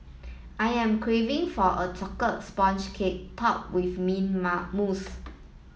I am craving for a sponge cake top with mint mousse